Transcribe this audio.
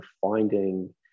finding